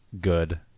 good